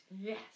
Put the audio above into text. Yes